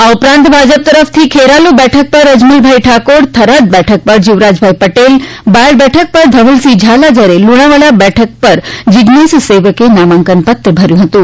આ ઉપરાંત ભાજપ તરફથી ખેરાલુ બેઠક પર અજમલભાઈ ઠાકોર થરાદ બેઠક પર જીવરાજભાઈ પટેલ બાયડ બેઠક પર ધવલસિંહ ઝાલા જ્યારે લુણાવાડા બેઠક પર જિઝેસ સેવકે નામાંકન પત્ર ભર્યુ હતું